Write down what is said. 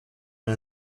man